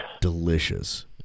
delicious